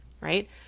Right